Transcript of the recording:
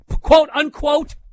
quote-unquote